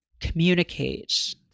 communicate